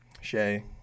Shay